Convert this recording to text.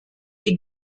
die